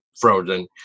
frozen